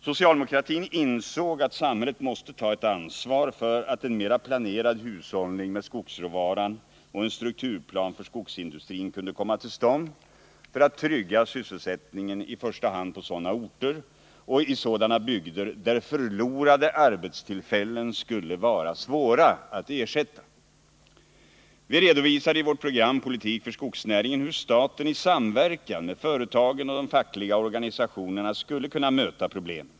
Socialdemokratin insåg att samhället måste ta ett ansvar för att en mer planerad hushållning med skogsråvaran och en strukturplan för skogsindustrin kunde komma till stånd för att trygga sysselsättningen i första hand på sådana orter och i sådana bygder där förlorade arbetstillfällen skulle vara svåra att ersätta. Vi redovisade i vårt program, ”Politik för skogsnäringen”, hur staten i samverkan med företagen och de fackliga organisationerna skulle kunna möta problemen.